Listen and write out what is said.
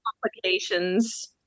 complications